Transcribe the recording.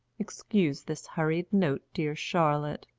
excuse this hurried note, dear charlotte,